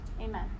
Amen